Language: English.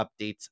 updates